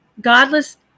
godless